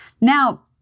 Now